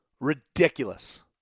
ridiculous